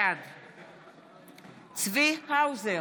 בעד צבי האוזר,